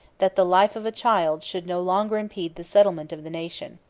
that the life of a child should no longer impede the settlement of the nation.